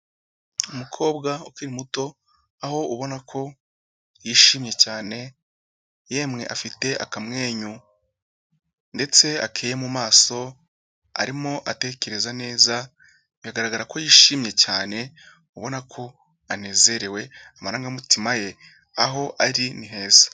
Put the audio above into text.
Umukobwa ukiri muto, aho ubona ko yishimye cyane yemwe afite akamwenyu ndetse akeye mu maso, arimo atekereza neza biragaragara ko yishimye cyane, ubona ko anezerewe amarangamutima ye, aho ari ni heza.